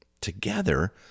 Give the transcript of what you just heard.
together